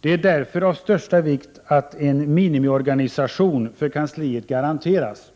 Det är därför av största vikt att en minimiorganisation för kansliet garanteras.